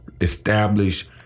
establish